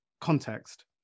context